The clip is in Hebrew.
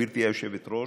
גברתי היושבת-ראש,